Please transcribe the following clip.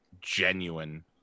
genuine